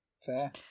Fair